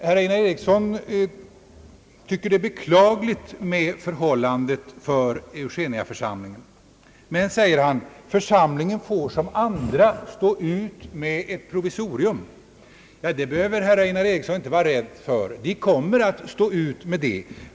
Herr Einar Eriksson tycker att det är beklagligt vad som har skett med Eugeniaförsamlingen, men, säger han, församlingen får som andra stå ut med ett provisorium. Den saken behöver herr Einar Eriksson inte vara rädd för; församlingen kommer att stå ut med det!